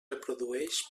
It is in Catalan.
reprodueix